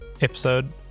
episode